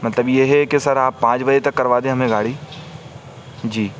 مطلب یہ ہے کہ سر آپ پانج بجے تک کروا دیں ہمیں گاڑی جی